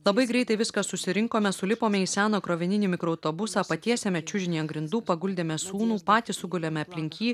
labai greitai viską susirinkome sulipome į seną krovininį mikroautobusą patiesėme čiužinį ant grindų paguldėme sūnų patys sugulėme aplink jį